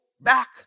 back